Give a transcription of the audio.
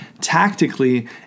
tactically